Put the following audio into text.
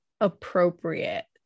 appropriate